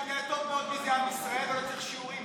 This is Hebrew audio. אני יודע טוב מאוד מי זה עם ישראל ולא צריך שיעורים,